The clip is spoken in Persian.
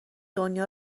دنیا